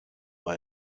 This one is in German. moor